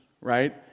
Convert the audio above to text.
right